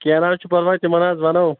کینہہ نہٕ حظ چھُ پرواے تِمن حظ وَنو